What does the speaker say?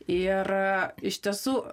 ir iš tiesų